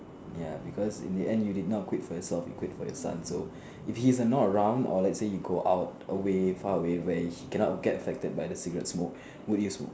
ya because in the end you did not quit for yourself you quit for you son so if he is not around or lets say you go out away far away where he cannot get affected by the cigarette smoke would you smoke